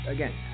Again